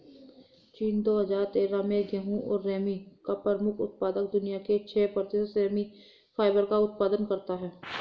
चीन, दो हजार तेरह में गेहूं और रेमी का प्रमुख उत्पादक, दुनिया के छह प्रतिशत रेमी फाइबर का उत्पादन करता है